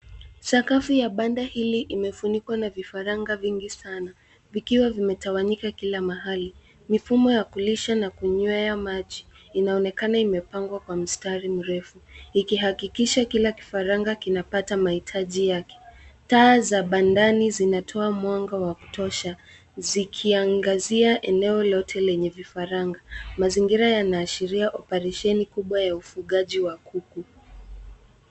Sakafu ya banda hili imefunikwa na vifaranga wengi sana, vikiwa vimetawanyika kila mahali, mifumo ya kulisha, na kunywea maji, inaonekana imepangwa kwa mstari mrefu, ikihakikisha kila kifaranga kimepata mahitaji yake. Taa za bandani zinatoa mwanga wa kutosha, zikiangazia eneo lote lenye vifaranga, mazingira yanashiria, oparesheni kubwa ya ufugaji wa kuku.